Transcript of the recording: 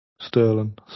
Sterling